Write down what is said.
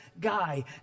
guy